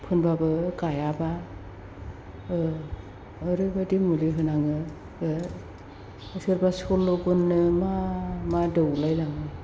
फुनब्लाबो गायाब्ला ओरैबायदि मुलि होनाङो सोरबा सल्ल'गुननो मा मा दौलायलाङो